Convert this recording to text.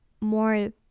more